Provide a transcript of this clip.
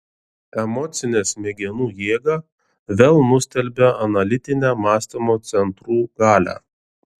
emocinė smegenų jėga vėl nustelbia analitinę mąstymo centrų galią